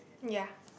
ya